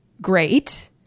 great